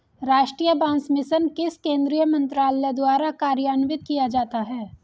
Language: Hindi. राष्ट्रीय बांस मिशन किस केंद्रीय मंत्रालय द्वारा कार्यान्वित किया जाता है?